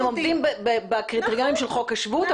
כלומר הם עומדים בקריטריונים של חוק השבות,